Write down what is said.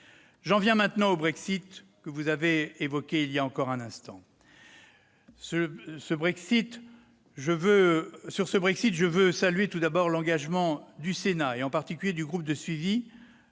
J'en viens maintenant au Brexit, que vous avez évoqué il y a un instant. Je veux saluer tout d'abord l'engagement du Sénat, en particulier du groupe de suivi